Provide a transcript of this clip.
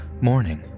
Morning